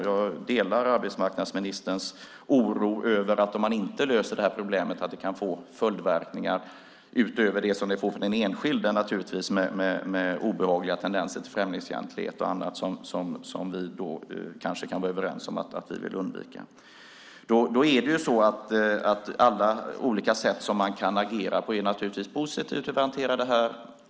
Jag delar arbetsmarknadsministerns oro över att det, om man inte löser det här problemet, kan få följdverkningar, utöver vad det får för den enskilde naturligtvis, med obehagliga tendenser till främlingsfientlighet och annat som vi kanske kan vara överens om att vi vill undvika. Alla olika sätt som man kan agera på är naturligtvis positiva när det gäller hur vi hanterar det här.